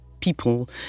people